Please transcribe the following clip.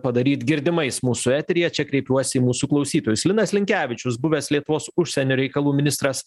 padaryt girdimais mūsų eteryje čia kreipiuosi į mūsų klausytojus linas linkevičius buvęs lietuvos užsienio reikalų ministras